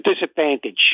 disadvantage